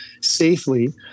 safely